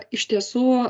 iš tiesų